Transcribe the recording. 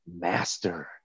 master